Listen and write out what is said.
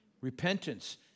Repentance